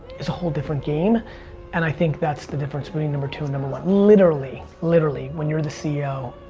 is a whole different game and i think that's the difference between number two and number one. literally, literally when you're the ceo